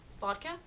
Vodka